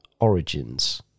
Origins